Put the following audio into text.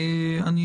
יש